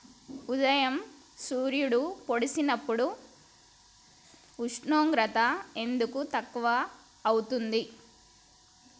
ఉదయం సూర్యుడు పొడిసినప్పుడు ఉష్ణోగ్రత ఎందుకు తక్కువ ఐతుంది?